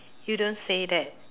you don't say that